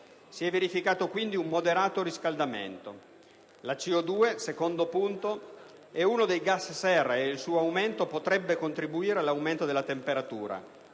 Si è verificato, quindi, un moderato riscaldamento. La CO2, in secondo luogo, è uno dei gas serra e il suo aumento potrebbe contribuire all'aumento della temperatura;